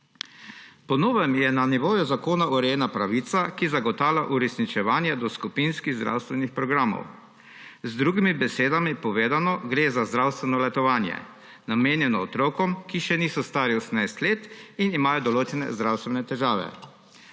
Po novem je na nivoju zakona urejena pravica, ki zagotavlja uresničevanje skupinskih zdravstvenih programov. Z drugimi besedami povedano, gre za zdravstveno letovanje, namenjeno otrokom, ki še niso stari 18 let in imajo določene zdravstvene težave.